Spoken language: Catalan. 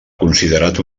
considerat